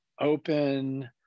open